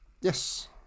Yes